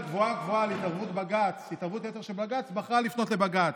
והפעם מוצע לקבוע הוראת קבע בעניין.